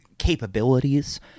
capabilities